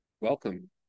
welcome